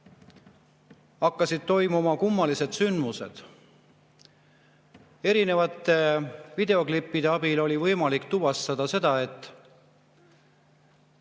hakkasid toimuma kummalised sündmused. Erinevate videoklippide abil oli võimalik tuvastada seda, et